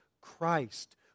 Christ